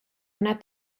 una